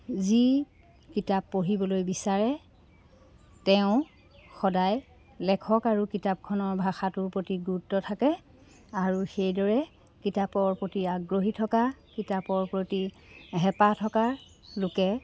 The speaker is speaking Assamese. যি কিতাপ পঢ়িবলৈ বিচাৰে তেওঁ সদায় লেখক আৰু কিতাপখনৰ ভাষাটোৰ প্ৰতি গুৰুত্ব থাকে আৰু সেইদৰে কিতাপৰ প্ৰতি আগ্ৰহী থকা কিতাপৰ প্ৰতি হেঁপাহ থকা লোকে